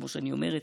כמו שאני אומרת,